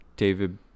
david